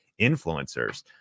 influencers